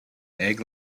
egg